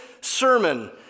sermon